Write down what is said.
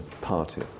party